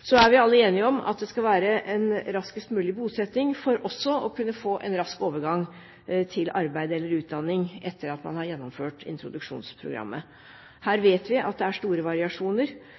Så er vi alle enige om at det skal være en raskest mulig bosetting for å få en rask overgang til arbeid eller utdanning etter at man har gjennomført introduksjonsprogrammet. Her